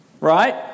Right